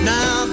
Now